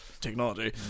technology